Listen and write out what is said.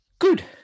Good